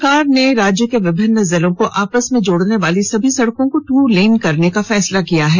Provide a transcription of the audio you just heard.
सरकार ने राज्य के विभिन्न जिलों को आपस में जोड़नेवाली सभी सड़कों को टू लेन करने का फैसला लिया है